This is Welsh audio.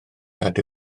nad